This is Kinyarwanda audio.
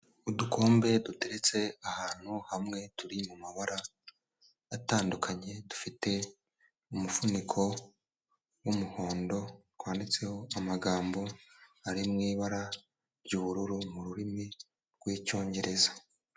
Udukombe duteretse ahantu hamwe turi mu mabara atandukanye dufite umuvuniko w'umuhondo; twanditseho amagambo ari mu ibara ry'ubururu mu rurimi rw'icyongereza.